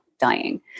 dying